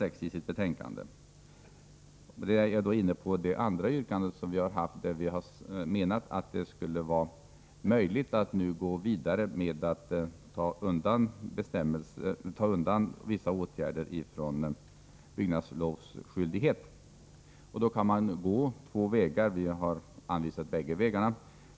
6i betänkandet. Med det är jag inne på det andra yrkandet, där vi menar att det skulle vara möjligt att nu gå vidare med att undanta vissa åtgärder från byggnadslovsskyldighet. Då kan man gå två vägar, och vi har anvisat bägge.